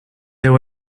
there